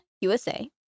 USA